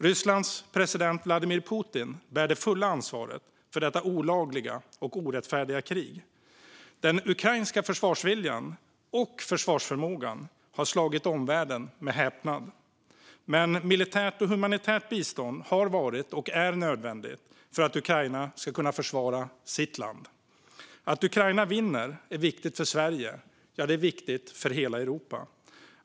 Rysslands president Vladimir Putin bär det fulla ansvaret för detta olagliga och orättfärdiga krig. Den ukrainska försvarsviljan och försvarsförmågan har slagit omvärlden med häpnad. Men militärt och humanitärt bistånd har varit och är nödvändigt för att Ukraina ska kunna försvara sitt land. Att Ukraina vinner är viktigt för Sverige. Ja, det är viktigt för hela Europa.